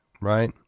right